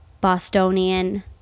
Bostonian